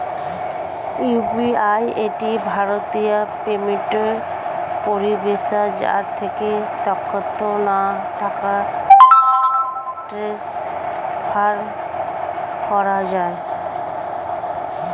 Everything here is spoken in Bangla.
ইউ.পি.আই একটি ভারতীয় পেমেন্ট পরিষেবা যার থেকে তৎক্ষণাৎ টাকা ট্রান্সফার করা যায়